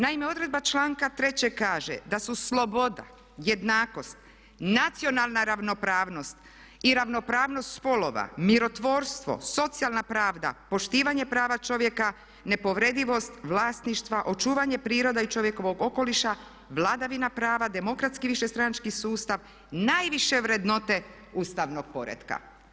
Naime, odredba članka 3. kaže da su sloboda, jednakost, nacionalna ravnopravnost i ravnopravnost spolova, mirotvorstvo, socijalna pravda, poštivanje prava čovjeka, nepovredivost vlasništva, očuvanje prirode i čovjekovog okoliša, vladavina prava, demokratski višestranački sustav najviše vrednote ustavnog poretka.